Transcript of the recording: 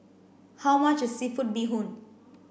how much seafood bee hoon